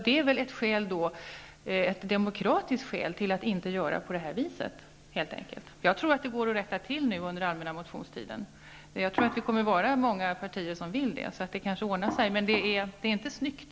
Det är väl ett demokratiskt skäl till att inte göra på detta sätt. Jag tror att det går att rätta till det hela under allmänna motionstiden. Många partier torde önska detta. Det kanske ordnar sig. Men det är inte snyggt.